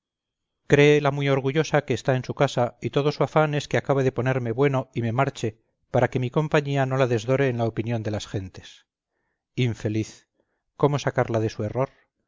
la muy orgullosa que está en su casa y todo su afán es que acabe de ponerme bueno y me marche para que mi compañía no la desdore en la opinión de las gentes infeliz cómo sacarla de su error